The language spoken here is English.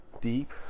deep